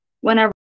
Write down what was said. whenever